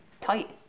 tight